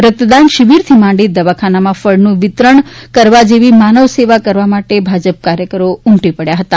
રક્તદાન શિબિરથી માંડી દવાખાનામાં ફળનું વિતરણ કરવા જેવી માનવસેવા કરવા માટે ભાજપ કાર્યકરો ઉમટી પડ્યા હતા